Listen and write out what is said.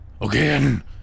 again